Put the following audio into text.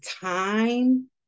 time